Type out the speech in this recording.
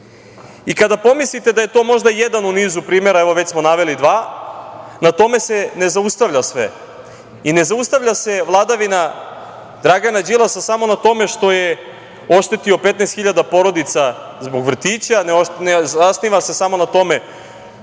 pomislite da je to možda jedan u nizu primera, a, evo, već smo naveli dva, na tome se ne zaustavlja sve i ne zaustavlja se vladavina Dragana Đilasa samo na tome što je oštetio 15 hiljada porodica zbog vrtića, ne zasniva se samo na tome